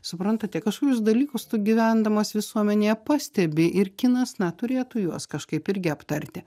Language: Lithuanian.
suprantate kažkokius dalykus tu gyvendamas visuomenėje pastebi ir kinas na turėtų juos kažkaip irgi aptarti